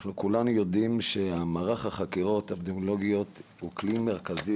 אנחנו כולנו יודעים שמערך החקירות האפידמיולוגיות הוא כלי מרכזי